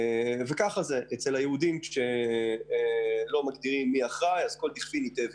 אצל היהודים כשלא מגדירים מי אחראי אז כל דכפין ייטה ויכול.